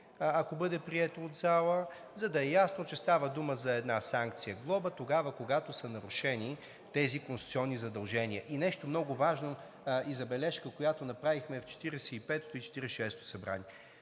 ако бъде прието от залата, за да е ясно, че става дума за една санкция „глоба“ тогава, когато са нарушени тези конституционни задължения. И нещо много важно и забележка, която направихме в 45-ото и 46-ото народно